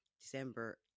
December